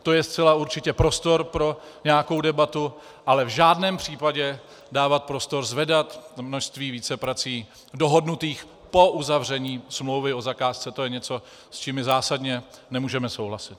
To je zcela určitě prostor pro nějakou debatu, ale v žádném případě dávat prostor, zvedat množství víceprací dohodnutých po uzavření smlouvy o zakázce, to je něco, s čím mi zásadně nemůžeme souhlasit.